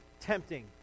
tempting